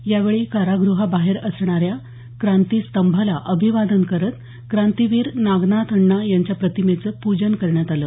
यावेळी कारागृहाबाहेर असणाऱ्या क्रांती स्तंभाला अभिवादन करत क्रांतीवीर नागनाथअण्णा यांच्या प्रतिमेचं प्रजन करण्यात आलं